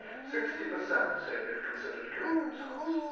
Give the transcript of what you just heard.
sixty percent say they've considered killing themselves.